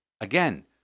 again